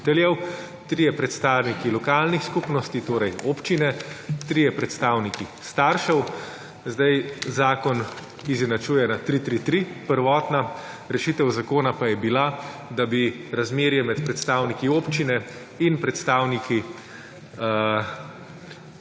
učiteljev, 3 predstavniki lokalnih skupnosti, torej občine, 3 predstavniki staršev. Zdaj, zakon izenačuje na 3:3:3, prvotna rešitev zakona pa je bila, da bi razmerje med predstavniki občine in predstavniki